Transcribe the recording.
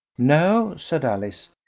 no, said alice.